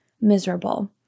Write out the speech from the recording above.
miserable